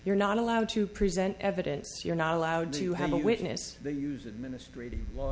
you're not allowed to present evidence you're not allowed to have a witness the use administrat